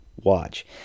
watch